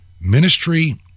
ministry